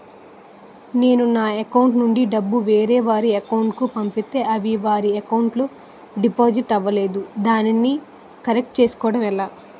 నేను నా అకౌంట్ నుండి డబ్బు వేరే వారి అకౌంట్ కు పంపితే అవి వారి అకౌంట్ లొ డిపాజిట్ అవలేదు దానిని కరెక్ట్ చేసుకోవడం ఎలా?